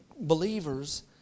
believers